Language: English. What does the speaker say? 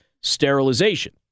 sterilization